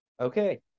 okay